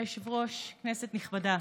אדוני היושב-ראש, כנסת נכבדה,